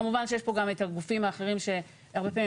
כמובן שיש גם את הגופים האחרים שהרבה פעמים